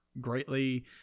greatly